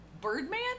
Birdman